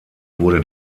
wurde